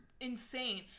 insane